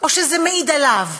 או שזה מעיד עליו?